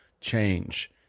change